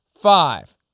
five